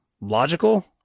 logical